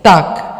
Tak.